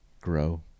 grow